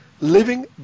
Living